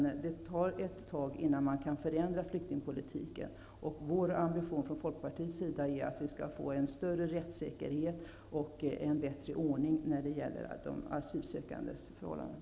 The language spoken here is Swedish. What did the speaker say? Det tar ju ett tag innan flyktingpolitiken kan förändras. Men det är Folkpartiets ambition att det skall bli en större rättssäkerhet och en bättre ordning i fråga om de asylsökandes förhållanden.